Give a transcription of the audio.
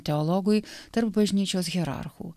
teologui tarp bažnyčios hierarchų